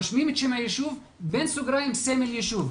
רושמים את שם היישוב ובסוגריים סמל יישוב.